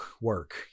work